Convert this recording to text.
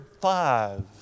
five